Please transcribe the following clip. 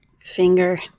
Finger